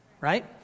right